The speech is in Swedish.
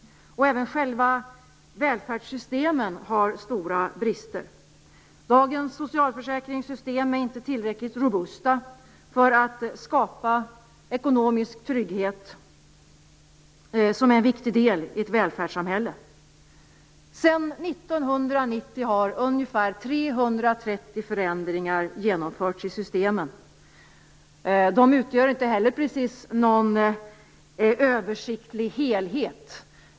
Även själva välfärdssystemen har stora brister. Dagens socialförsäkringssytem är inte tillräckligt robusta för att skapa ekonomisk trygghet, som är en viktig del i ett välfärdssamhälle. Sedan 1990 har ungefär 330 förändringar genomförts i systemen. De utgör inte heller precis någon översiktlig helhet.